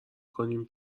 کنیم